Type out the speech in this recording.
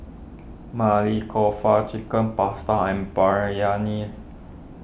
Maili Kofta Chicken Pasta and Biryani